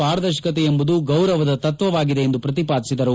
ಪಾರದರ್ಶಕತೆ ಎಂಬುದು ಗೌರವದ ತತ್ವವಾಗಿದೆ ಎಂದು ಪ್ರತಿಪಾದಿಸಿದರು